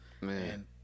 Man